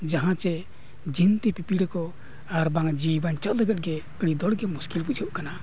ᱡᱟᱦᱟᱸ ᱪᱮ ᱡᱤᱱᱛᱤ ᱯᱤᱯᱤᱲᱤ ᱠᱚ ᱟᱨ ᱵᱟᱝ ᱡᱤᱣᱤ ᱵᱟᱧᱪᱟᱜ ᱞᱟᱹᱜᱤᱫ ᱜᱮ ᱟᱹᱰᱤ ᱫᱚᱲᱜᱮ ᱢᱩᱥᱠᱤᱞ ᱵᱩᱡᱷᱟᱹᱜ ᱠᱟᱱᱟ